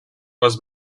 was